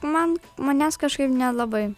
man manęs kažkaip nelabai